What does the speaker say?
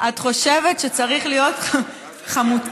את חושבת שצריך להיות חמוצה?